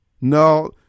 No